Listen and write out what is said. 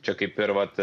čia kaip ir vat